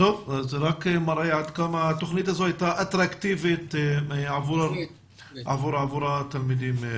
זה רק מראה עד כמה התוכנית הזו הייתה אטרקטיבית עבור התלמידים.